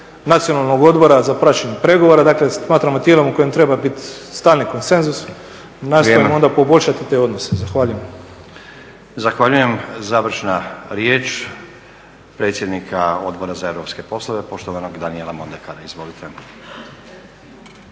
Nacionalnog odbora za praćenje pregovora, dakle smatramo tijelom u kojem treba biti stalni konsenzus, nastojmo onda poboljšati te odnose. Zahvaljujem. **Stazić, Nenad (SDP)** Zahvaljujem. Završna riječ predsjednika Odbora za europske poslove poštovanog Daniela Mondekara. Izvolite.